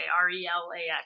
R-E-L-A-X